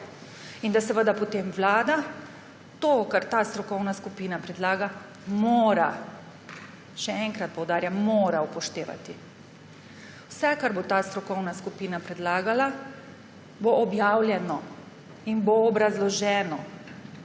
In da seveda potem Vlada to, kar ta strokovna skupina predlaga, mora, še enkrat poudarjam, mora upoštevati. Vse, kar bo ta strokovna skupina predlagala, bo objavljeno in bo obrazloženo.